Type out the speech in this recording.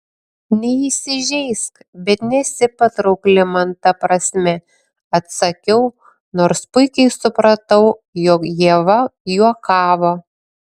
neįsižeisk bet nesi patraukli man ta prasme atsakiau nors puikiai supratau jog ieva juokavo